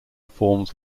forms